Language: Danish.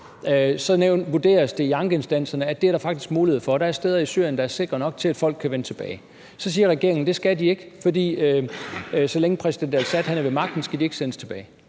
så vurderes det i ankeinstanserne, at det er der faktisk mulighed for; der er steder i Syrien, der er sikre nok til, at folk kan vende tilbage. Så siger regeringen, at det skal de ikke, for så længe præsident al-Assad er ved magten, skal de ikke sendes tilbage.